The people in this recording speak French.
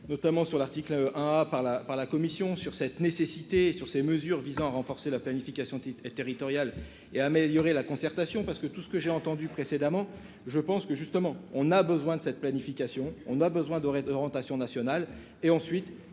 notamment sur l'article 1 à par la par la Commission sur cette nécessité sur ces mesures visant à renforcer la planification territoriale et améliorer la concertation parce que tout ce que j'ai entendu précédemment, je pense que justement on a besoin de cette planification, on a besoin de de rotation nationale et ensuite